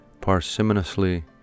parsimoniously